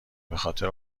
بخاطر